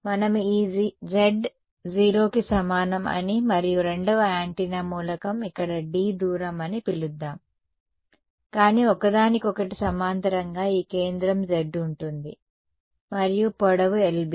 మనం ఈ z 0 కి సమానం అని మరియు రెండవ యాంటెన్నా మూలకం ఇక్కడ d దూరం అని పిలుద్దాం కానీ ఒకదానికొకటి సమాంతరంగా ఈ కేంద్రం Z ఉంటుంది మరియు పొడవు LB